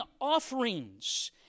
offerings